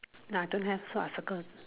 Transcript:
nah don't have so I circle